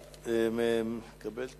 את מקבלת